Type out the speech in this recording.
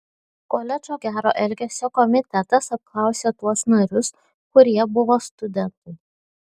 koledžo gero elgesio komitetas apklausė tuos narius kurie buvo studentai